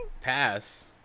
Pass